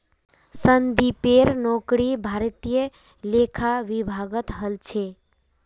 संदीपेर नौकरी भारतीय लेखा विभागत हल छ